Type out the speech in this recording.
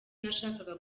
nashakaga